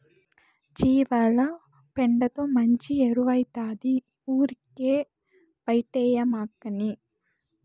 జీవాల పెండతో మంచి ఎరువౌతాది ఊరికే బైటేయకమ్మన్నీ